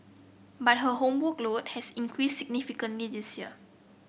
but her homework load has increase significantly this year